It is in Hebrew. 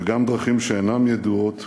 וגם דרכים שאינן ידועות,